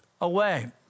away